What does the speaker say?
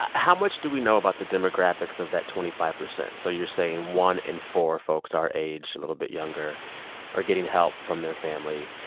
ah how much do we know about the demographics of that twenty five percent? so you're saying one in four folks our age, a little bit younger are getting help from their family.